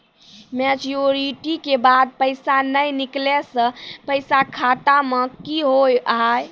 Maturity के बाद पैसा नए निकले से पैसा खाता मे की होव हाय?